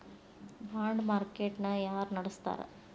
ಬಾಂಡ market ನ ಯಾರ ನಡಸ್ತಾರ?